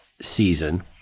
season